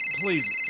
Please